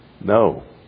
No